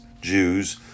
Jews